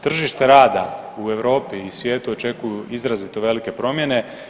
Tržište rada u Europi i svijetu očekuju izrazito velike promjene.